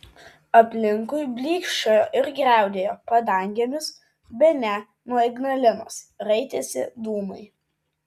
aplinkui blykčiojo ir griaudėjo padangėmis bene nuo ignalinos raitėsi dūmai